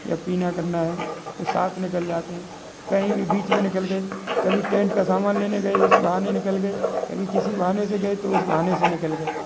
या पीना करना है तो साथ निकल जाते हैं कही भी बीच मे निकल गये कभी टेंट का सामान लेने गये इस बहाने निकल गये कभी किसी बहाने से गये तो उस बहाने से निकल गये